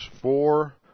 Four